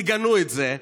תגנו את זה,